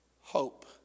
hope